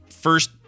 first